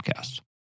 Podcast